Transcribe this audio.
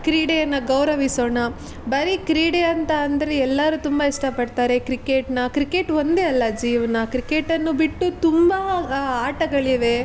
ಕ್ರೀಡೆಯನ್ನು ಗೌರವಿಸೋಣ ಬರೀ ಕ್ರೀಡೆ ಅಂತ ಅಂದರೆ ಎಲ್ಲರು ತುಂಬ ಇಷ್ಟಪಡ್ತಾರೆ ಕ್ರಿಕೆಟ್ನ ಕ್ರಿಕೆಟ್ ಒಂದೇ ಅಲ್ಲ ಜೀವನ ಕ್ರಿಕೆಟನ್ನು ಬಿಟ್ಟು ತುಂಬ ಆಟಗಳಿವೆ